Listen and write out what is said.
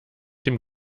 dem